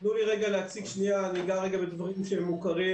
תנו לי רגע להציג, אני אגע בדברים שהם מוכרים.